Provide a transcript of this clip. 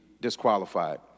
disqualified